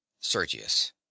sergius